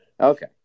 Okay